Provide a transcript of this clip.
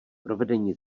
provedení